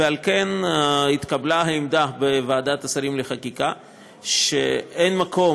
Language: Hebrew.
ועל כן התקבלה העמדה בוועדת השרים לחקיקה שאין מקום